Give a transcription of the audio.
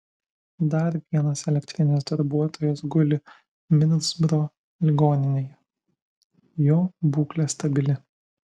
dar vienas elektrinės darbuotojas guli midlsbro ligoninėje jo būklė stabili